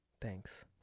Thanks